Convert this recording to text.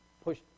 push